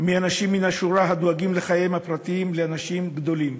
מאנשים מן השורה הדואגים לחייהם הפרטיים לאנשים גדולים,